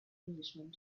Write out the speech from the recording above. englishman